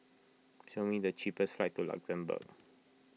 show me the cheapest flights to Luxembourg